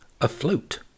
afloat